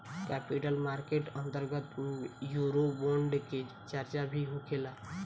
capital market के अंतर्गत eurobond के चार्चा भी होखेला